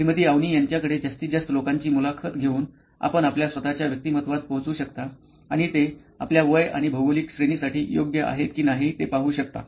श्रीमती अवनी यांच्याकडे जास्तीत जास्त लोकांची मुलाखत घेऊन आपण आपल्या स्वत च्या व्यक्तिमत्त्वात पोहोचू शकता आणि ते आपल्या वय आणि भौगोलिक श्रेणीसाठी योग्य आहेत की नाही ते पाहू शकता